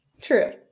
True